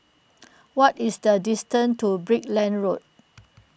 what is the distance to Brickland Road